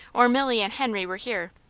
or milly and henry were here.